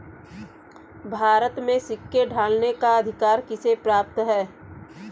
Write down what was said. भारत में सिक्के ढालने का अधिकार किसे प्राप्त है?